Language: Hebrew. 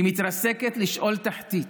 היא מתרסקת לשאול תחתית,